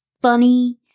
funny